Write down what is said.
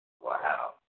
Wow